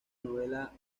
novela